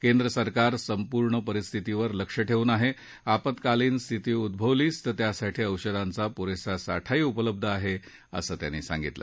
केंद्र सरकार संपूर्ण परिस्थितीवर लक्ष ठेवून आहे आपत्कालीन स्थिती उद्भवलीच तर त्यासाठी औषधांचा पुरेसा साठाही उपलब्ध आहे असं त्यांनी सांगितलं